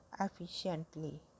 efficiently